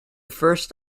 first